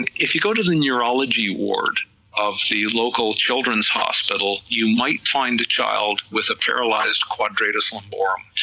if you go to the neurology ward of the local children's hospital, you might find a child with a paralyzed quadratus laborum,